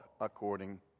according